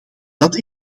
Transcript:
dat